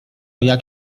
jak